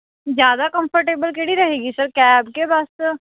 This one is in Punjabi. ਜ਼ਿਆਦਾ ਕੰਫਰਟੇਬਲ ਕਿਹੜੀ ਰਹੇਗੀ ਸਰ ਕੈਬ ਕਿ ਬਸ